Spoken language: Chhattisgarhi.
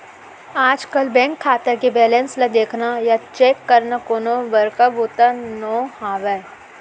आजकल बेंक खाता के बेलेंस ल देखना या चेक करना कोनो बड़का बूता नो हैय